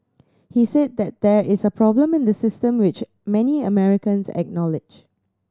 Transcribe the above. he said that there is a problem in the system which many Americans acknowledged